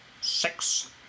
Six